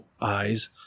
eyes